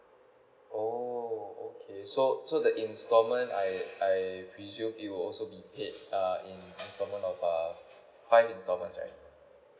oh okay so so the installment I I will also be paid in five installments right